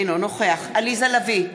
אינו נוכח עליזה לביא,